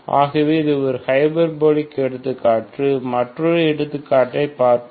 ஆகவே இது ஹைபர்போலிக் எடுத்துக்காட்டு மற்றொரு எடுத்துக்காட்டை பார்ப்போம்